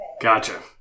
gotcha